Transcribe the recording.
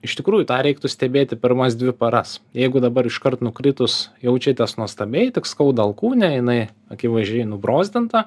iš tikrųjų tą reiktų stebėti pirmas dvi paras jeigu dabar iškart nukritus jaučiatės nuostabiai tik skauda alkūnę jinai akivaizdžiai nubrozdinta